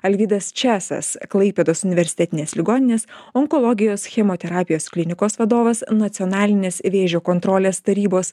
alvydas česas klaipėdos universitetinės ligoninės onkologijos chemoterapijos klinikos vadovas nacionalinės vėžio kontrolės tarybos